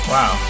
Wow